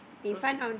proceed